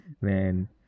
man